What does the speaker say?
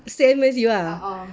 same as you ah